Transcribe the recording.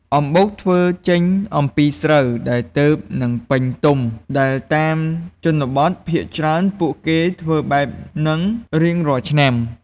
អំំបុកធ្វើចេញអំពីស្រូវ ដែលទើបនឹងពេញទុំ ដែលតាមជនបទ ភាគច្រើនពួកគេធ្វើបែបនឹងរៀងរាល់ឆ្នាំ។